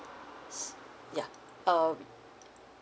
so yeah um